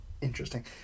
interesting